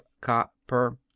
copper